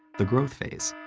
the growth phase.